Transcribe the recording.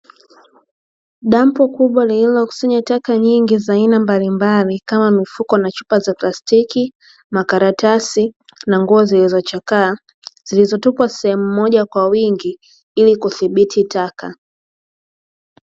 Dampo kubwa lililokusanya taka nyingi za aina mbalimbali kama mfuko na chupa za plastiki, makaratasi na nguo zilizochakaa. Zilizotupwa sehemu mmoja kwa wingi ili kudhibiti taka.